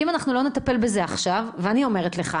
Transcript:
אם אנחנו לא נטפל בזה עכשיו, אני אומרת לך